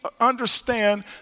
understand